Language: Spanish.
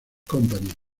company